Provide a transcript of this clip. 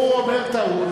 הוא אומר "בטעות".